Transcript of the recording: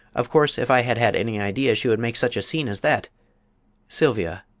of course, if i had had any idea she would make such a scene as that sylvia,